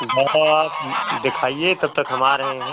दवा ओवा आप देखाइए तब तक हम आ रहे हैं